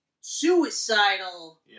suicidal